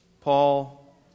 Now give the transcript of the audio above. Paul